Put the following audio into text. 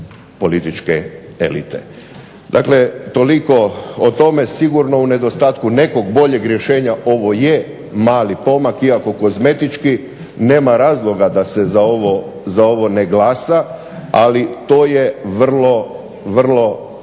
političke elite. Dakle, toliko o tome, sigurno u nedostatku nekog boljeg rješenje ovo je mali pomak, iako kozmetički, nema razloga da se za ovo ne glasa ali to je vrlo